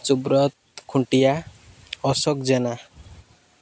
Subrata Khuntia Ashok Jena